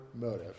motive